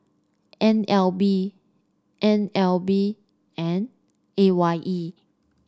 N L B N L B and A Y E